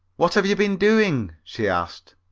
what have you been doing? she asked.